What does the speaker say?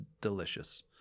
delicious